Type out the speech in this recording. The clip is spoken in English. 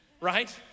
right